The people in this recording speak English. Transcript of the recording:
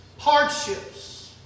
Hardships